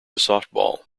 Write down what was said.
softball